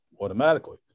automatically